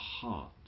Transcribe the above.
heart